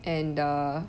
and the